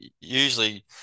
usually